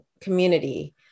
community